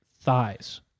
thighs